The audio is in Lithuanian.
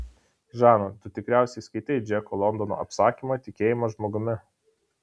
žana tu tikriausiai skaitei džeko londono apsakymą tikėjimas žmogumi